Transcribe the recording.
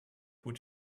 would